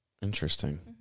interesting